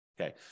Okay